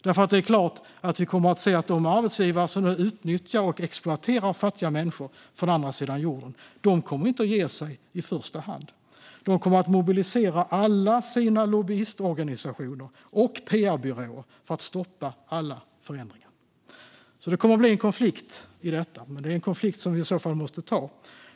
Det är klart att de arbetsgivare som nu utnyttjar och exploaterar fattiga människor från andra sidan jorden inte kommer att ge sig i första hand. De kommer att mobilisera alla sina lobbyistorganisationer och pr-byråer för att stoppa alla förändringar. Det kommer att bli en konflikt om detta. Men det är i så fall en konflikt som vi måste ta.